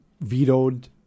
vetoed